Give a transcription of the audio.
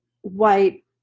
white